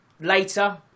later